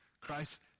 Christ